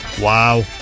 Wow